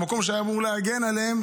במקום שהיה אמור להגן עליהם,